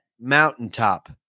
mountaintop